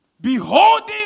Beholding